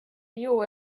you